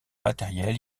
matérielles